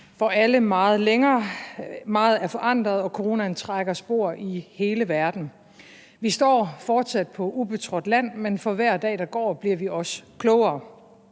tid siden. Meget er forandret, og coronaen trækker spor i hele verden. Vi står fortsat på ubetrådt land, men for hver dag, der går, bliver vi også klogere.